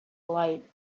lied